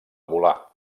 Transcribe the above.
volar